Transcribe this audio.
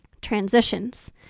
transitions